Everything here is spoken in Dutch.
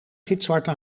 gitzwarte